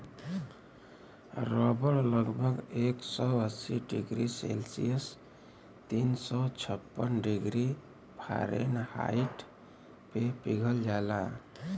रबड़ लगभग एक सौ अस्सी डिग्री सेल्सियस तीन सौ छप्पन डिग्री फारेनहाइट पे पिघल जाला